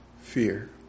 fear